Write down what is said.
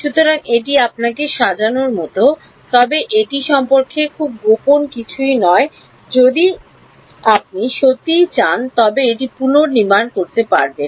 সুতরাং এটি আপনাকে সাজানোর মতো তবে এটি সম্পর্কে খুব গোপন কিছুই নয় আপনি যদি সত্যিই চান তবে এটি পুনর্নির্মাণ করতে পারবেন